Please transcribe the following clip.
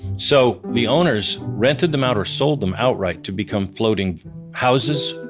so the owners rented them out or sold them outright to become floating houses,